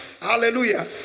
Hallelujah